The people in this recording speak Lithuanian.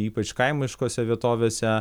ypač kaimiškose vietovėse